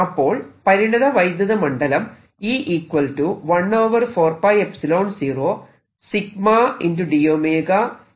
അപ്പോൾ പരിണത വൈദ്യുത മണ്ഡലം എന്നാകുന്നു